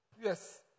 Yes